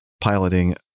piloting